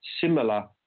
similar